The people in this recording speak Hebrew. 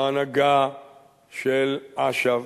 ההנהגה של אש"ף,